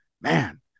Man